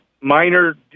minor